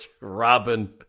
Robin